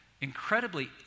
incredibly